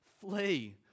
flee